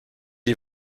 est